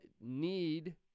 need